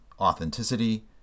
authenticity